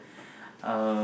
uh